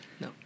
no